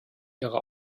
ihre